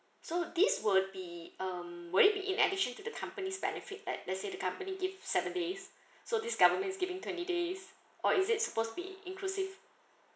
so this would be um will it be in addition to the companies benefit like let's say the company give seven days so this government is giving twenty days or is it supposed to be inclusive